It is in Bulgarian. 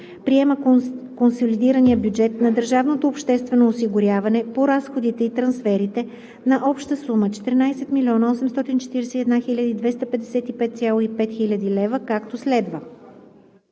Приема консолидирания бюджет на държавното обществено осигуряване по разходите и трансферите на обща сума 14 841 255,5 хил. лв., както следва: